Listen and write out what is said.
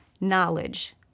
knowledge